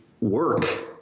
work